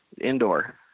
indoor